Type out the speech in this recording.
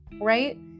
Right